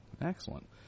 excellent